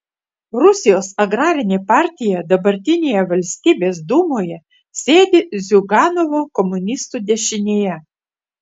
rusijos agrarinė partija dabartinėje valstybės dūmoje sėdi ziuganovo komunistų dešinėje